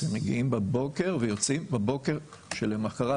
הם מגיעים בבוקר ויוצאים בבוקר שלמוחרת,